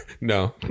no